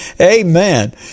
Amen